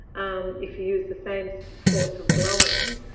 um if you use the same force of blowing,